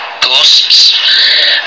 ghosts